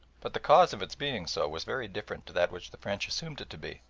but the cause of its being so was very different to that which the french assumed it to be,